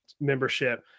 membership